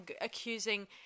accusing